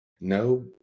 No